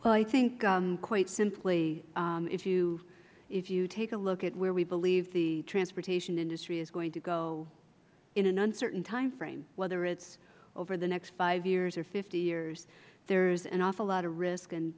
well i think quite simply if you take a look at where we believe the transportation industry is going to go in an uncertain time frame whether it is over the next five years or fifty years there is an awful lot of risk and